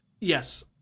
yes